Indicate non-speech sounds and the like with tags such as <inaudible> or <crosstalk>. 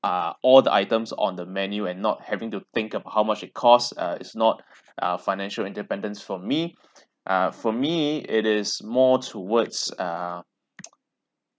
ah all the items on the menu and not having to think about how much it costs uh it's not ah financial independence for me <breath> ah for me it is more towards uh <noise>